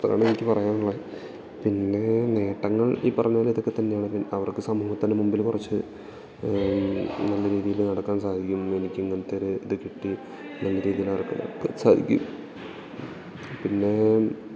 അതാണ് എനിക്ക് പറയാനുള്ളത് പിന്നേ നേട്ടങ്ങൾ ഈ പറഞ്ഞപോലെ ഇതൊക്കെ തന്നെയാണ് അവർക്ക് സമൂഹത്തിൻ്റെ മുമ്പില് കുറച്ച് നല്ല രീതിയില് നടക്കാൻ സാധിക്കും എനിക്കിങ്ങനത്തെയൊരു ഇതു കിട്ടി നല്ല രീതിയിലാർക്കും സാധിക്കും പിന്നേ